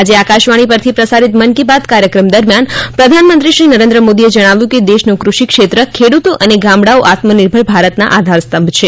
આજે આકાશવાણી પરથી પ્રસારિત મન કી બાત કાર્યક્રમ દરમિયાન પ્રધાનમંત્રી શ્રી નરેન્દ્ર મોદીએ જણાવ્યું કે દેશનો કૃષિ ક્ષેત્ર ખેડૂતો અને ગામડાઓ આત્મનિર્ભર ભારતના આધારસ્તંભ છે